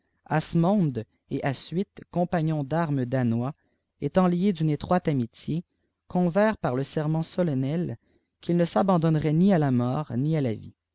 âsmond et asuith coiâpagnons d'armes danois étant liés d'une étroite amitié convinrent par serment solennel qu'ik ne s'abandonneraient ni à la mort ni à la vie